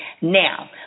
Now